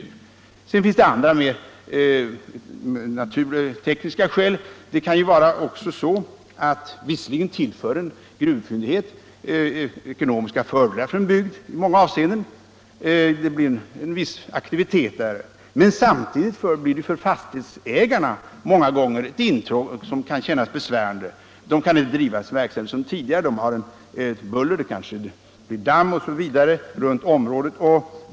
Det kan också finnas andra, mera tekniska skäl för en ersättning. Visserligen tillför en gruvfyndighet ekonomiska fördelar för en bygd i många avseenden genom att det uppstår en viss aktivitet där, men samtidigt innebär gruvdriften för fastighetsägarna många gånger ett intrång som kan kännas besvärande. De kan inte driva sin verksamhet på samma sätt som tidigare, buller och damm påverkar omgivningen osv.